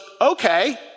okay